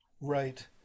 Right